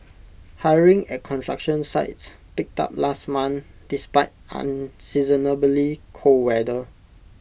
hiring at construction sites picked up last month despite unseasonably cold weather